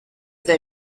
they